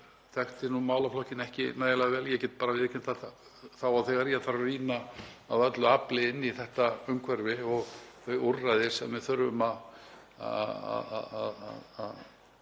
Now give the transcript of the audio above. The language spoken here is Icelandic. vel, að ég þarf að rýna af öllu afli inn í þetta umhverfi og þau úrræði sem við þurfum að